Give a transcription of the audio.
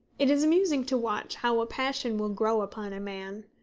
it is amusing to watch how a passion will grow upon a man.